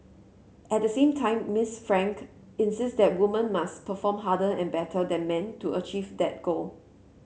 at the same time Miss Frank insist that woman must perform harder and better than men to achieve that goal